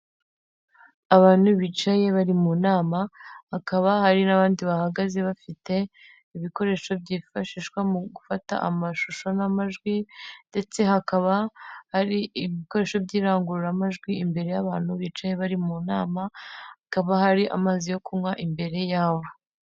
Abantu bicaye bari mu nama hakaba hari n'abandi bahagaze bafite ibikoresho byifashishwa mu gufata amashusho n'amajwi ndetse hakaba ari ibikoresho by'irangururamajwi imbere y'abantutu bicaye bari mu nama, hakaba hari amazi yo kunywa imbere yabo.